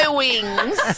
wings